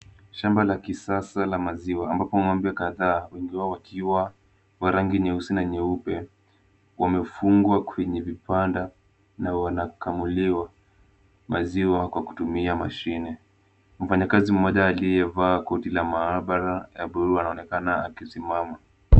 Shamba la kisasa la maziwa ambapo ng'ombe kadhaa, wengi wao wakiwa wa rangi nyeusi na nyeupe, wamefungwa kwenye vibanda na wanakamuliwa maziwa kwa kutumia mashine. Mfanyakazi mmoja aliyevaa koti la maabara ya buluu anaonekana akisimama.